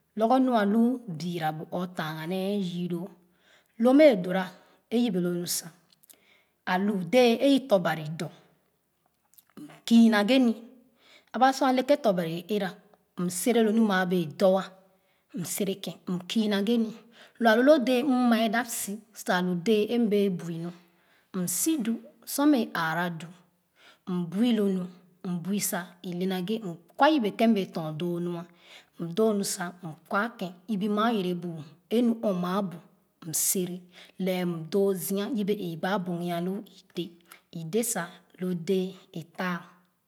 Lorgor nu alu bira bu or tanga nee yii loo lo mɛ dora a yebe lo nu sa alu dɛɛ ei tɔ̄ baro dɔ m kii naghe ii aba sor a leke tɔ bari e era m sere lo nu maa bee dɔ'a m sere ken m kii naghe ni lo alu lo dɛɛ m mɛ dap si sa alu dɛɛ m wɛɛ bui nu si du su'mɛ aara du m bui lo nu m bui sa ile naghe m kwa yebe kenbm wɛɛ etom doo nu'a m doo nu sa m kwa ken ibi maa yebu e nu ɔɔmaa bu m sere lɛɛ m doo zia yebe ii gbaa bogia loo i de i de sa lo dee a taah